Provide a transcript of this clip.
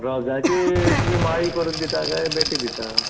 रोझाचे तुमी माळी करून दिता कांय बेटीच दिता